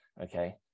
Okay